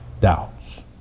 doubts